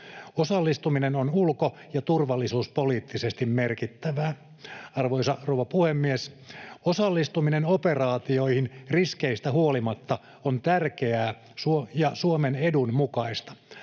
Osallistuminen on ulko‑ ja turvallisuuspoliittisesti merkittävää. Arvoisa rouva puhemies! Osallistuminen operaatioihin riskeistä huolimatta on tärkeää ja Suomen edun mukaista.